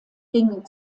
gingen